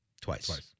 Twice